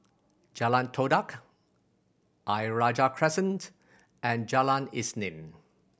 Jalan Todak Ayer Rajah Crescent and Jalan Isnin